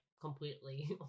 completely